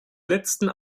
letzten